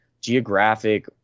geographic –